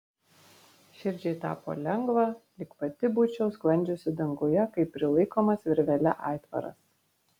širdžiai tapo lengva lyg pati būčiau sklandžiusi danguje kaip prilaikomas virvele aitvaras